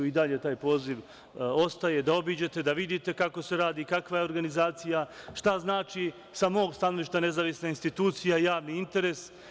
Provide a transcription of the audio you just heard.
I dalje taj poziv ostaje, da obiđete, da vidite kako se radi, kakva je organizacija, šta znači sa mog stanovišta nezavisna institucija, javni interes.